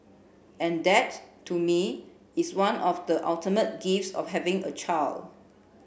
and that to me is one of the ultimate gifts of having a child